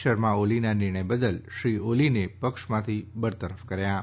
શર્માઓલીના નિર્ણય બદલ શ્રી ઓલીને પક્ષમાંથી બરતરફ કર્યા છે